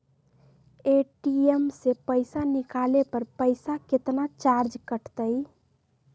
ATM से पईसा निकाले पर पईसा केतना चार्ज कटतई?